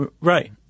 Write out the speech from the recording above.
Right